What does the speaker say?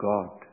God